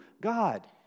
God